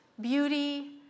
beauty